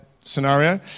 scenario